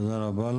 תודה רבה.